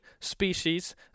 species